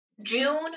June